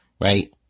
right